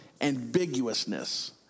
ambiguousness